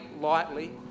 lightly